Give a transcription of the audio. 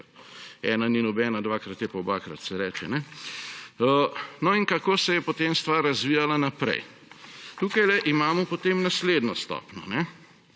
Ena ni nobena, dvakrat je pa obakrat, so rekli. No, in kako se je potem stvar razvijala naprej. Tukajle imamo potem naslednjo stopnjo.